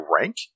rank